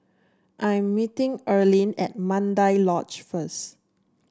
I am meeting Erline at Mandai Lodge first